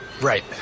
Right